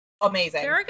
amazing